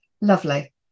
Lovely